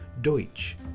Deutsch